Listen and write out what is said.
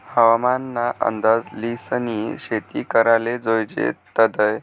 हवामान ना अंदाज ल्हिसनी शेती कराले जोयजे तदय